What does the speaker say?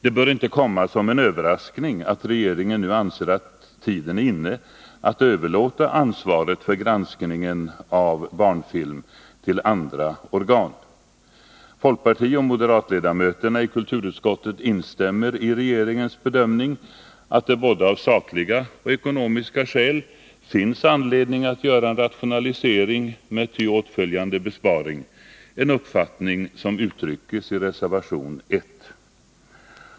Det bör inte komma som en överraskning att regeringen nu anser att tiden är inne att överlåta ansvaret för granskningen av barnfilm till andra organ. Folkpartioch moderatledamöterna i kulturutskottet instämmer i regeringens bedömning att det av både sakliga och ekonomiska skäl finns anledning att göra en rationalisering med ty åtföljande besparing — en uppfattning som uttryckes i reservation 1.